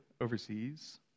overseas